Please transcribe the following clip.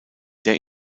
der